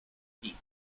esquí